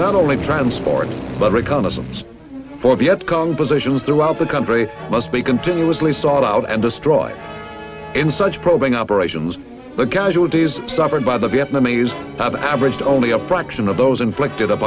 not only transport but reconnaissance for vietcong positions throughout the country must be continuously sought out and destroyed in such probing operations the casualties suffered by the vietnamese have averaged only a fraction of those inflicted